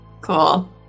Cool